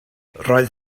roedd